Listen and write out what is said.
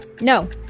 No